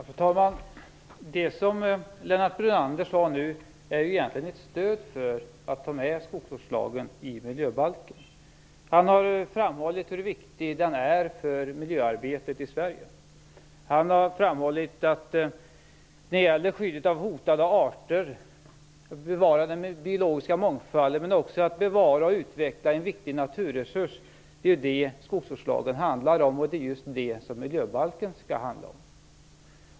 Fru talman! Det som Lennart Brunander nu sade är egentligen ett stöd för att ta med skogsvårdslagen i miljöbalken. Han har framhållit hur viktig den är för miljöarbetet i Sverige. Han har sagt att skogsvårdslagen gäller skyddet för hotade arter, att bevara den biologiska mångfalden men också att bevara och utveckla en viktig naturresurs, och det är just det som miljöbalken skall innehålla.